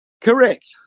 Correct